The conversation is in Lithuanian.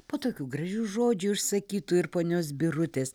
po tokių gražių žodžių išsakytų ir ponios birutės